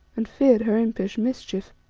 and feared her impish mischief.